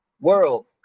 world